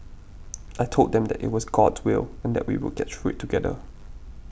I told them that it was God's will and that we would get through it together